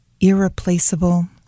Irreplaceable